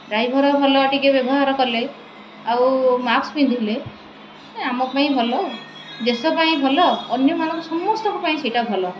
driver ଭଲ ଟିକେ ବ୍ୟବହାର କଲେ ଆଉ ମାକ୍ସ୍ ପିନ୍ଧିଲେ ଆମ ପାଇଁ ଭଲ ଦେଶ ପାଇଁ ଭଲ ଅନ୍ୟମାନଙ୍କ ସମସ୍ତଙ୍କ ପାଇଁ ସେଇଟା ଭଲ